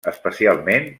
especialment